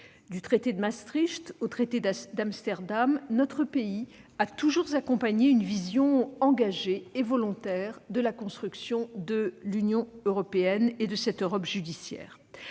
Du traité de Maastricht au traité d'Amsterdam, notre pays a toujours accompagné une vision engagée et volontaire de la construction de l'Union européenne et de cette Europe judiciaire.